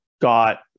got